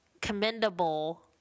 commendable